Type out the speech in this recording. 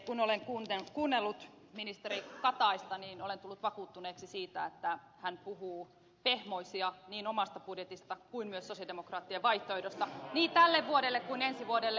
kun olen kuunnellut ministeri kataista olen tullut vakuuttuneeksi siitä että hän puhuu pehmoisia niin omasta budjetista kuin myös sosialidemokraattien vaihtoehdosta niin tälle vuodelle kuin myös ensi vuodelle